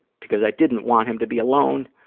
because i didn't want him to be alone,